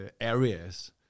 areas